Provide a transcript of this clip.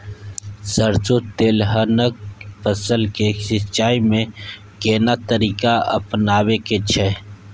सरसो तेलहनक फसल के सिंचाई में केना तरीका अपनाबे के छै?